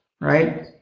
right